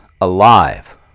alive